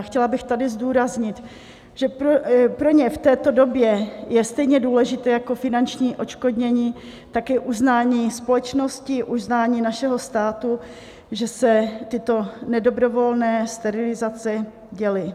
Chtěla bych tady zdůraznit, že pro ně v této době je stejně důležité jako finanční odškodnění také uznání společnosti, uznání našeho státu, že se tyto nedobrovolné sterilizace děly.